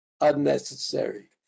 unnecessary